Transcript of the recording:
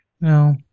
no